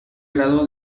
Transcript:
grado